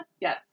Yes